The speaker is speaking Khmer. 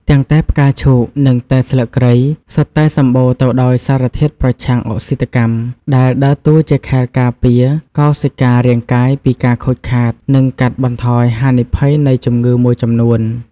ទាំងតែផ្កាឈូកនិងតែស្លឹកគ្រៃសុទ្ធតែសម្បូរទៅដោយសារធាតុប្រឆាំងអុកស៊ីតកម្ម ដែលដើរតួជាខែលការពារកោសិការាងកាយពីការខូចខាត និងកាត់បន្ថយហានិភ័យនៃជំងឺមួយចំនួន។